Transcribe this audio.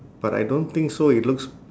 but I don't think so it looks